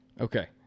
Okay